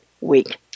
week